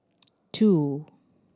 two